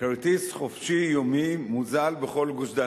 כרטיס "חופשי יומי" מוזל בכל גוש-דן,